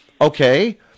okay